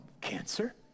cancer